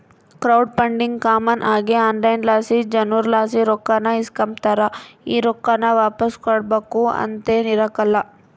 crowd funding common ಆಗಿ online ಲಾಸಿ ಜನುರ್ಲಾಸಿ ರೊಕ್ಕಾನ ಇಸ್ಕಂಬತಾರ, ಈ ರೊಕ್ಕಾನ ವಾಪಾಸ್ ಕೊಡ್ಬಕು ಅಂತೇನಿರಕ್ಲಲ್ಲ